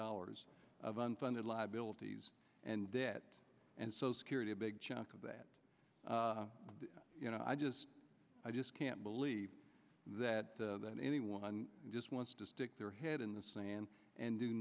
dollars of unfunded liabilities and debt and so security a big chunk of that you know i just i just can't believe that that anyone just wants to stick their head in the sand and do